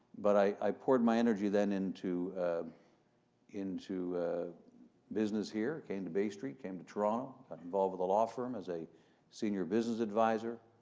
but i poured my energy then into into business here, came to bay street, came to toronto. got involved with a law firm as a senior business advisor.